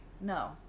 No